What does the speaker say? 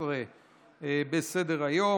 16 בסדר-היום,